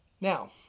Now